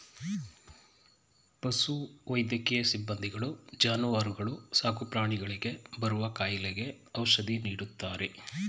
ಪಶು ವೈದ್ಯಕೀಯ ಸಿಬ್ಬಂದಿಗಳು ಜಾನುವಾರುಗಳು ಸಾಕುಪ್ರಾಣಿಗಳಿಗೆ ಬರುವ ಕಾಯಿಲೆಗೆ ಔಷಧಿ ನೀಡ್ತಾರೆ